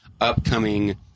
upcoming